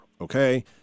Okay